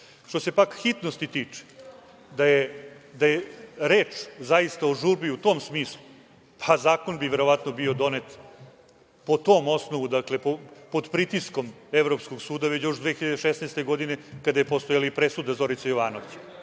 se tiče hitnosti, da je reč zaista u žurbi u tom smislu, pa zakon bi verovatno bio donet po tom osnovu, dakle pod pritiskom Evropskog suda još 2016. godine, kada je postojala i presuda Zorice Jovanović.